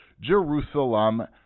Jerusalem